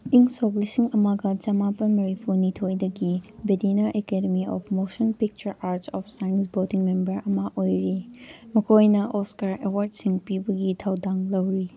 ꯏꯪ ꯁꯣꯛ ꯂꯤꯁꯤꯡ ꯑꯃꯒ ꯆꯃꯥꯄꯜ ꯃꯔꯤꯐꯨ ꯅꯤꯊꯣꯏꯗꯒꯤ ꯕꯤꯗꯤꯅꯔ Academy of Motion Picture Arts of Science body member ꯑꯃ ꯑꯣꯏꯔꯤ ꯃꯈꯣꯏꯅ ꯑꯣꯁꯀꯥꯔ ꯑꯦꯋꯥꯔ꯭ꯗꯁꯤꯡ ꯄꯤꯕꯒꯤ ꯊꯧꯗꯥꯡ ꯂꯧꯔꯤ